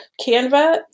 Canva